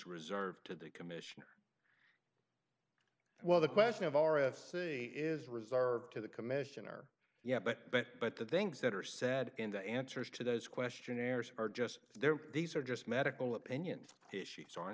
reserved to the commissioner well the question of r f c is reserved to the commissioner yeah but but the things that are said in the answers to those questionnaires are just there these are just medical opinions